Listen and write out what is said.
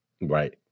Right